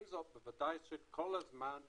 עם זאת בוודאי צריך כל הזמן לבדוק,